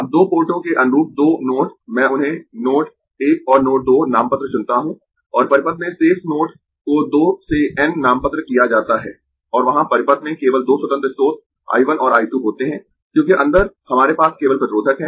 अब दो पोर्टों के अनुरूप दो नोड मैं उन्हें नोड 1 और नोड 2 नामपत्र चुनता हूं और परिपथ में शेष नोड को 2 से N नामपत्र किया जाता है और वहां परिपथ में केवल दो स्वतंत्र स्रोत I 1 और I 2 होते है क्योंकि अंदर हमारे पास केवल प्रतिरोधक है